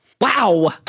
Wow